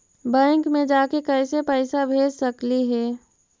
Bank मे जाके कैसे पैसा भेज सकली हे?